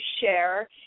share